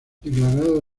declarado